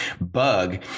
Bug